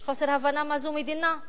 יש חוסר הבנה מה זו מדינה,